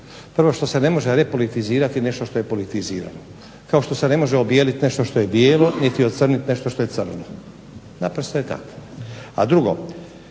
Prvo, što se ne može repolitizirati nešto što je politizirano, kao što se ne može obijeliti nešto što je bijelo niti ocrniti nešto što je crno. Naprosto je tako. A drugo,